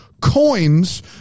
coins